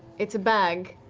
it's a bag.